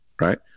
right